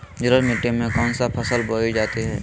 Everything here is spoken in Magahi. जलोढ़ मिट्टी में कौन फसल बोई जाती हैं?